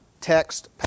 text